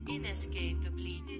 Inescapably